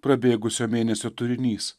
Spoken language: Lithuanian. prabėgusio mėnesio turinys